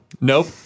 Nope